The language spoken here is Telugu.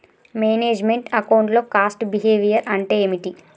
మేనేజ్ మెంట్ అకౌంట్ లో కాస్ట్ బిహేవియర్ అంటే ఏమిటి?